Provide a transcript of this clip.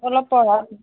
অলপ পঢ়াত